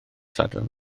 sadwrn